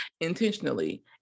intentionally